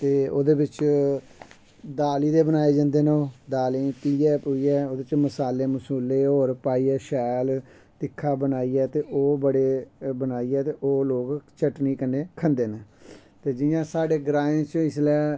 ते ओह्दे बिच्च दाली दे बनाए जंदे न ओह् दालीं पहियै पहुयै ओह्दे च मसाले मसुले होर पाईयै शैल तिक्खा बनाईयै ते ओह् बड़े बनाइयै ते ओह् लोक चटनी कन्नै खंदे न ते जियां साढ़े ग्राएं च इसलै